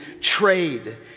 trade